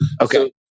Okay